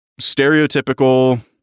Stereotypical